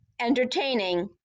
entertaining